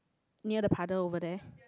near the puddle over there